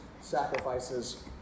sacrifices